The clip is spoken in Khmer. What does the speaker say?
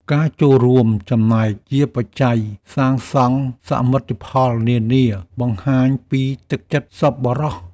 ការចូលរួមចំណែកជាបច្ច័យសាងសង់សមិទ្ធផលនានា បង្ហាញពីទឹកចិត្តសប្បុរស។